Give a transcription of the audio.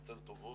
יותר טובות.